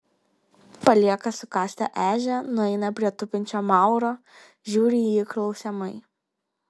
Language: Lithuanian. palieka sukastą ežią nueina prie tupinčio mauro žiūri į jį klausiamai